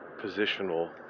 positional